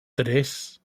tres